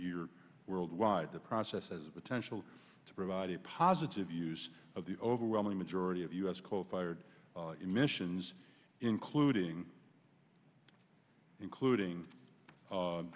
year worldwide the process as a potential to provide a positive use of the overwhelming majority of us quote fired emissions including including